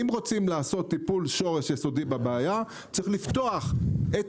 אם רוצים לעשות טיפול שורש יסודי בבעיה צריך לפתוח את